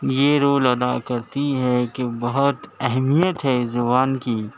یہ رول ادا کرتی ہے کہ بہت اہمیت ہے اس زبان کی